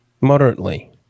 Moderately